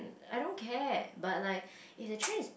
I don't care but like if the train is